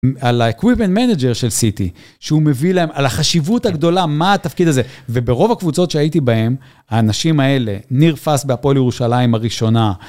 על ה-Equipment Manager של סיטי, שהוא מביא להם, על החשיבות הגדולה, מה התפקיד הזה. וברוב הקבוצות שהייתי בהן, האנשים האלה, ניר פאס בהפועל ירושלים הראשונה.